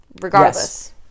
regardless